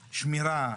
שמירה,